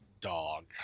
dog